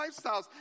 lifestyles